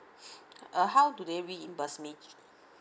uh how do they reimburse me